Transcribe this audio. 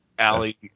Ali